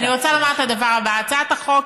אני רוצה לומר את הדבר הבא: הצעת החוק